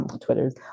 Twitter's